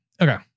Okay